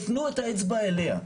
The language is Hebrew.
הפנו את האצבע אליה.